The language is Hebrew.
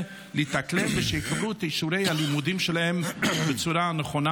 להתאקלם ושיקבלו את אישורי הלימודים שלהם בצורה נכונה.